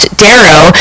darrow